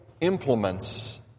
implements